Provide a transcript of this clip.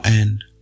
end